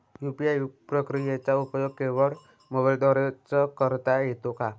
UPI प्रक्रियेचा उपयोग केवळ मोबाईलद्वारे च करता येतो का?